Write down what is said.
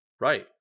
Right